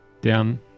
down